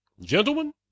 gentlemen